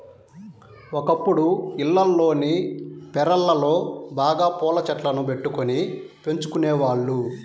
ఒకప్పుడు ఇళ్లల్లోని పెరళ్ళలో బాగా పూల చెట్లను బెట్టుకొని పెంచుకునేవాళ్ళు